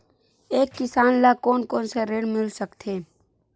एक किसान ल कोन कोन से ऋण मिल सकथे?